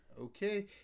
okay